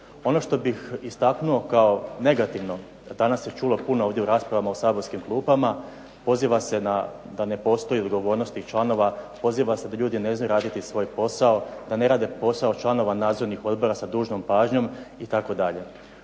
Ono što bih istaknuo ovdje kao negativno danas se čulo puno ovdje u rasprava u saborskim klupama, poziva se da ne postoje odgovornosti članova, poziva se da ljudi ne znaju raditi svoj posao, da ne rade posao članova nadzornih odbora sa dužnom pažnjom itd.